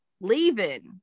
leaving